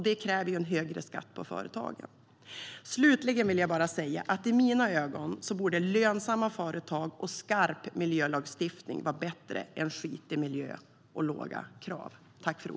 Det kräver högre skatt på företagen.